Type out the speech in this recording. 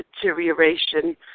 deterioration